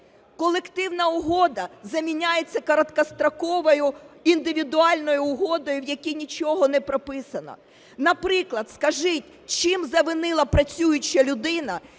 Колективна угода заміняється короткостроковою індивідуальною угодою, в якій нічого не прописано. Наприклад, скажіть, чим завинила працююча людина,